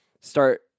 start